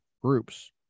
groups